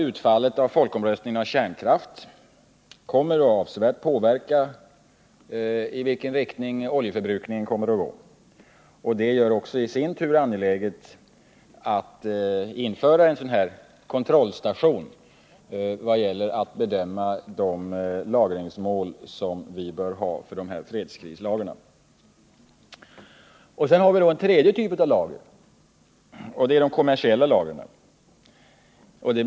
Utfallet av folkomröstningen om kärnkraft kommer vidare att avsevärt påverka i vilken riktning oljeförbrukningen kommer att gå, vilket i sin tur gör det angeläget att införa en sådan här kontrollstation vad gäller att bedöma de lagringsmål vi bör ha för fredskrislagren. Vi har en tredje typ av lager, de kommersiella lagren.